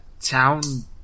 town